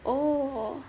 oh